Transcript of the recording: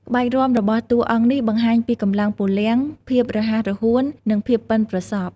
ក្បាច់រាំរបស់តួអង្គនេះបង្ហាញពីកម្លាំងពលំ ភាពរហ័សរហួន និងភាពប៉ិនប្រសប់។